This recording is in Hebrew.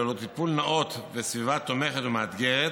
ללא טיפול נאות וסביבה תומכת ומאתגרת,